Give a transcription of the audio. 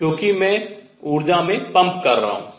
क्योंकि मैं ऊर्जा में पंप कर रहा हूँ